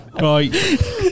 right